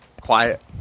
quiet